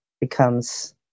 becomes